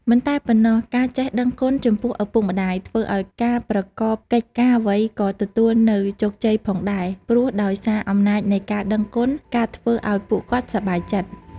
មិនតែប៉ុណ្ណោះ ការចេះដឹងគុណចំពោះឪពុកម្ដាយធ្វើឲ្យការប្រកបកិច្ចការអ្វីក៏ទទួលនៅជោគជ័យផងដែរ ព្រោះដោយសារអំណាចនៃការដឹងគុណការធ្វើឲ្យពួកគាត់សប្បាយចិត្ត។